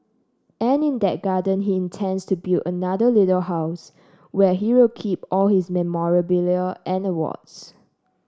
and in that garden he intends to build another little house where he'll keep all his memorabilia and awards